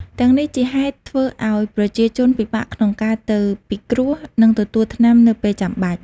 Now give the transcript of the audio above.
ទាំងនេះជាហេតុធ្វើឱ្យប្រជាជនពិបាកក្នុងការទៅពិគ្រោះ និងទទួលថ្នាំនៅពេលចាំបាច់។